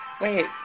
Wait